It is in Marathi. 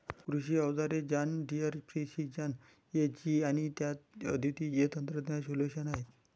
कृषी अवजारे जॉन डियर प्रिसिजन एजी आणि त्यात अद्वितीय तंत्रज्ञान सोल्यूशन्स आहेत